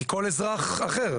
ככל אזרח אחר.